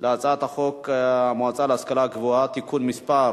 להצעת חוק המועצה להשכלה גבוהה (תיקון מס'